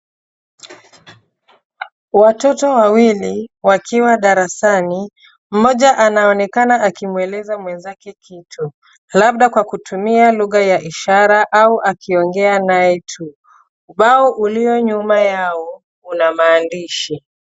Watoto wawili wakiwa darasani. Mmoja anaonekana akimweleza mwenzake kitu. Labda kwa kutumia lugha ya ishara au akiongea naye tu. Ubao ulio nyuma yao una maandishi.